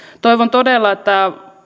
toivon todella että